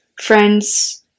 friends